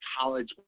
college